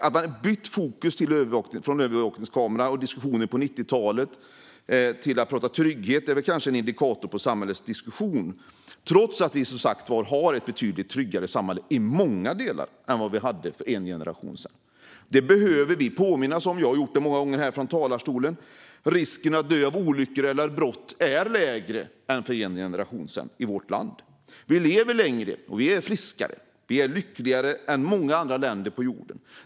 Att man har bytt fokus från att tala om övervakningskameror och diskussionen på 90-talet till att prata om trygghet är kanske en indikator på samhällets diskussion - trots att vi, som sagt, i många delar har ett betydligt tryggare samhälle än vad vi hade för en generation sedan. Det behöver vi påminnas om. Jag har gjort det många gånger här från talarstolen. Risken att dö av olycka eller brott i vårt land är lägre än för en generation sedan. Vi lever längre och är friskare. Vi är lyckligare än vad man är i många andra länder på jorden.